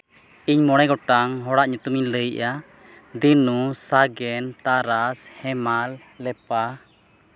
ᱤᱧ ᱢᱚᱬᱮ ᱜᱚᱴᱟᱝ ᱦᱚᱲᱟᱜ ᱧᱩᱛᱩᱢᱤᱧ ᱞᱟᱹᱭᱮᱫᱼᱟ ᱫᱤᱱᱩ ᱥᱟᱜᱮᱱ ᱛᱟᱨᱟᱥ ᱦᱮᱢᱟᱞ ᱞᱮᱯᱟ